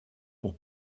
pour